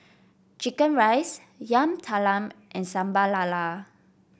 chicken rice Yam Talam and Sambal Lala